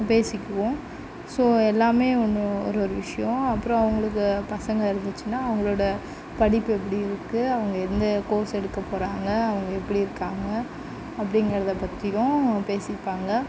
பேசிக்குவோம் ஸோ எல்லாமே ஒன்று ஒரு ஒரு விஷயோம் அப்பறோம் அவங்களுக்கு பசங்கள் இருந்துச்சுனா அவுங்களோட படிப்பு எப்படி இருக்கு அவங்க எந்த கோர்ஸ் எடுக்க போறாங்க அவங்க எப்படி இருக்காங்க அப்படிங்கறத பற்றியும் பேசிப்பாங்க